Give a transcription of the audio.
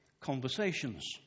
conversations